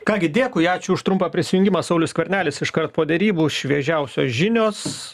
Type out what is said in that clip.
ką gi dėkui ačiū už trumpą prisijungimą saulius skvernelis iškart po derybų šviežiausios žinios